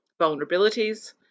vulnerabilities